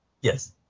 Yes